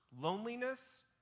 loneliness